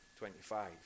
25